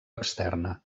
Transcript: externa